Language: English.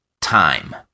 time